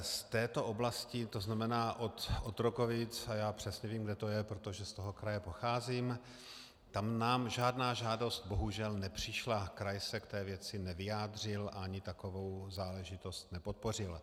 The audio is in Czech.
Z této oblasti, to znamená od Otrokovic a já přesně vím, kde to je, protože z toho kraje pocházím nám žádná žádost bohužel nepřišla, kraj se k té věci nevyjádřil ani takovou záležitost nepodpořil.